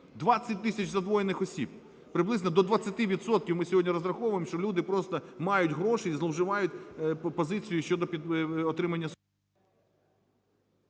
20 тисячзадвоєних осіб. Приблизно до 20 відсотків ми сьогодні розраховуємо, що люди просто мають гроші і зловживають позицією щодо отримання…